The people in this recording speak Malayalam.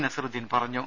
നസിറുദ്ദീൻ പറഞ്ഞു